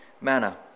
manner